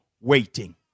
waiting